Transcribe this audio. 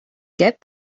get